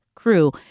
crew